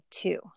two